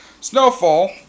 snowfall